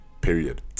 period